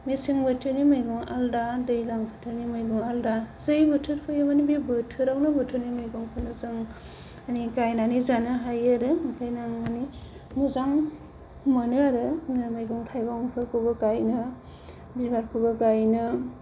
मेसें बोथोरनि मैगंआ आलदा दैलां बोथोरनि मैगंआ आलदा जै बोथोर फैयो माने बे बोथोरावनो बोथोरनि मैगंखौल' जों माने गायनानै जानो हायो आरो ओंखायनो आं माने मोजां मोनो आरो जोङो मैगं थाइगंफोरखौबो गायनो बिबारखौबो गायनो